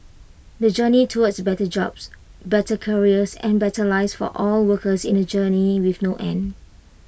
the journey towards better jobs better careers and better lives for all workers in A journey with no end